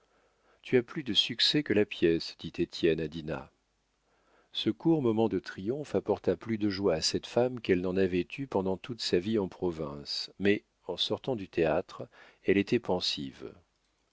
tu as plus de succès que la pièce dit étienne à dinah ce court moment de triomphe apporta plus de joie à cette femme qu'elle n'en avait eu pendant toute sa vie en province mais en sortant du théâtre elle était pensive